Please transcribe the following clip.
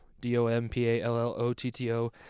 D-O-M-P-A-L-L-O-T-T-O